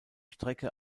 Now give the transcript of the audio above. strecke